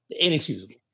Inexcusable